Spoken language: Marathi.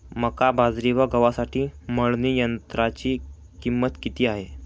मका, बाजरी व गव्हासाठी मळणी यंत्राची किंमत किती आहे?